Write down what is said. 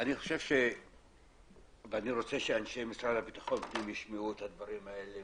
אני מבקש שאורן ואנשי משרד הביטחון ישמעו את הדברים שיש לי להגיד.